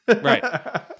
right